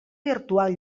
virtual